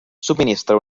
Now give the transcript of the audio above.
subministra